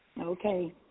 Okay